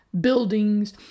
buildings